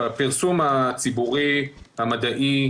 הפרסום הציבורי, המדעי,